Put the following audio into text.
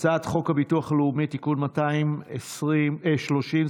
הצעת חוק הביטוח הלאומי (תיקון מס' 230)